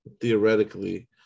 theoretically